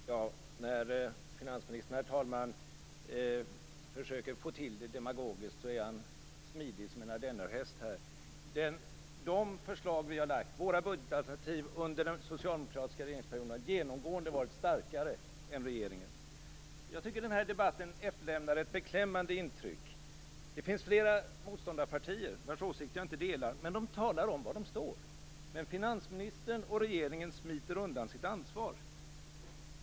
Fru talman! När finansminister här försöker att få till det demagogiskt är han smidig som en ardennerhäst. De förslag till budgetalternativ som vi har lagt fram under den socialdemokratiska budgetperioden har genomgående varit starkare än regeringens. Jag tycker att den här debatten efterlämnar ett beklämmande intryck. Det finns flera motståndarpartier vilkas åsikt jag inte delar, men de talar om var de står. Finansministern och regeringen smiter undan sitt ansvar.